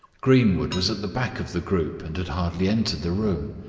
greenwood was at the back of the group and had hardly entered the room.